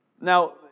Now